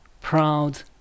proud